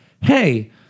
hey